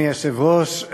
אדוני היושב-ראש,